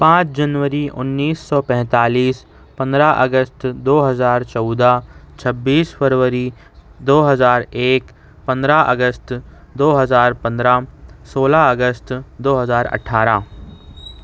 پانچ جنوری انیس سو پینتالیس پندرہ اگست دو ہزار چودہ چھبیس فروری دو ہزار ایک پندرہ اگست دو ہزار پندرہ سولہ اگست دو ہزار اٹھارہ